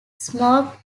smoked